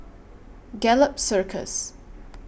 Gallop Circus